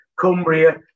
Cumbria